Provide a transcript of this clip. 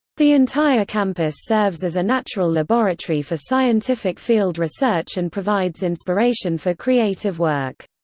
the entire campus serves as a natural laboratory for scientific field research and provides inspiration for creative work.